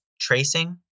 tracing